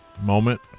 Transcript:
Moment